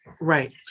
Right